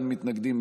אין מתנגדים,